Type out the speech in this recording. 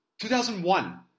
2001